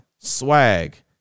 swag